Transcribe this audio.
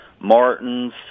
martin's